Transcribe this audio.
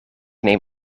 neem